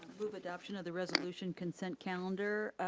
move adoption of the resolution consent calendar,